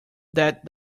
that